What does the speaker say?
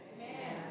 Amen